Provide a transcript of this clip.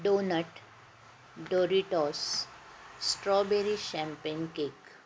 doughnut Doritos strawberry champagne cake